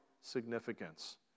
significance